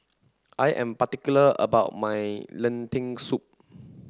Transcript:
I am particular about my Lentil Soup